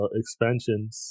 expansions